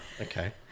okay